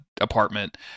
apartment